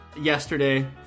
yesterday